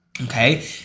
Okay